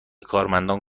کارمندان